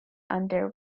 under